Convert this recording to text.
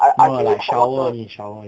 no like shower only shower only